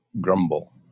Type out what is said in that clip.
grumble